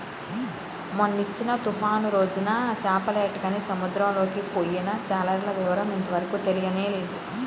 మొన్నొచ్చిన తుఫాను రోజున చేపలేటకని సముద్రంలోకి పొయ్యిన జాలర్ల వివరం ఇంతవరకు తెలియనేలేదు